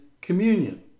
communion